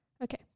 Okay